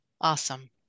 Awesome